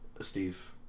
Steve